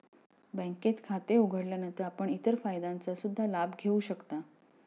बँकेत खाते उघडल्यानंतर आपण इतर फायद्यांचा सुद्धा लाभ घेऊ शकता